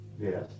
Yes